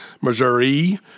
Missouri